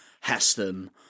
heston